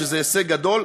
שזה הישג גדול.